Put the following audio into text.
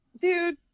dude